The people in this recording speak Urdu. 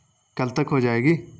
کل تک ہو جائے گی